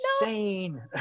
insane